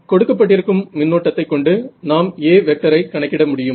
கொடுக்கப்பட்டிருக்கும் மின்னோட்டத்தை கொண்டு நாம் A வெக்டரை கணக்கிட முடியும்